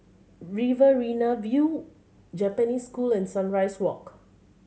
Riverina View Japanese School and Sunrise Walk